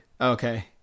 okay